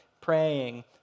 praying